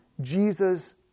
Jesus